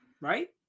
Right